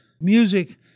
music